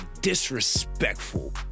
disrespectful